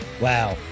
wow